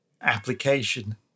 application